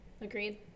agreed